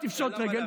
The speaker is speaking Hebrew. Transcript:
היא תפשוט רגל,